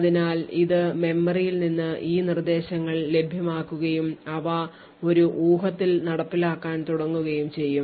അതിനാൽ ഇത് മെമ്മറിയിൽ നിന്ന് ഈ നിർദ്ദേശങ്ങൾ ലഭ്യമാക്കുകയും അവ ഒരു ഊഹത്തിൽ നടപ്പിലാക്കാൻ തുടങ്ങുകയും ചെയ്യും